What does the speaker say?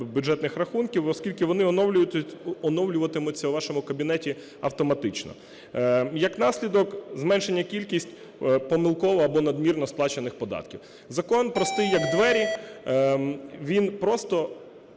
бюджетних рахунків, оскільки вони оновлюватимуться у вашому кабінеті автоматично. Як наслідок – зменшена кількість помилково або надмірно сплачених податків. Закон простий, як двері, він просто